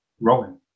Rowan